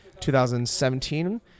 2017